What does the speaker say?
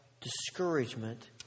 discouragement